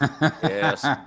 Yes